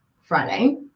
Friday